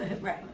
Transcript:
Right